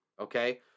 Okay